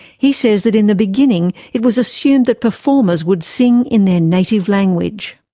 he says that in the beginning, it was assumed that performers would sing in their native language.